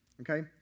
Okay